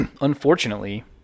unfortunately